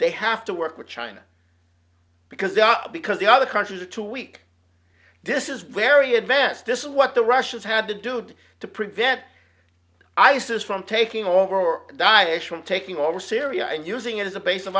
they have to work with china because because the other countries are too weak this is very advanced this is what the russians had to do to to prevent isis from taking over or diversion taking over syria and using it as a base of